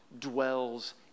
dwells